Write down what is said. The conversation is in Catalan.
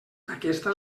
aquesta